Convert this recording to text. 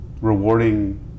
rewarding